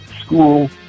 school